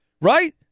right